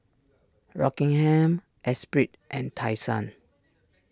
Rockingham Esprit and Tai Sun